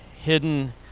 hidden